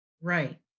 right